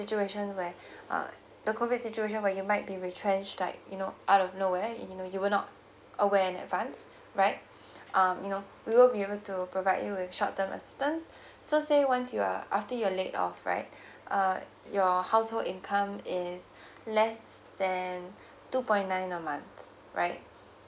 situation where uh the COVID situation where you might be retrench like you know out of nowhere uh you know you were not aware in advance right uh you know we will be able to provide you with short term assistance so say once you are after you are laid off right uh your household income is less than two point nine a month right